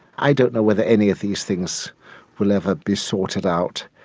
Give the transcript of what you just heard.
i don't know whether any of these things will ever be sorted out.